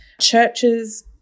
churches